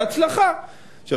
בהצלחה.